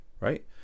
Right